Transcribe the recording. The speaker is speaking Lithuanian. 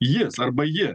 jis arba ji